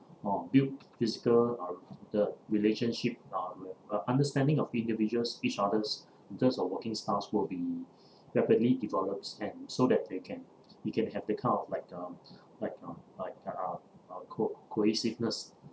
uh built physical uh the relationship uh the understanding of individuals each other's just uh working styles will be definitely develops and so that they can you can have that kind of like um like um like uh co~ cohesiveness